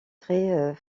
très